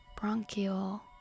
bronchial